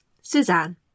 Suzanne